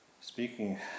speaking